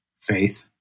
faith